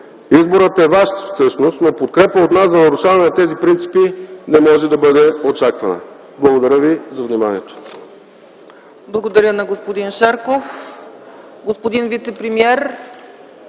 Изборът всъщност е ваш, но подкрепа от нас за нарушаване на тези принципи не може да бъде очаквана. Благодаря за вниманието.